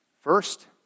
First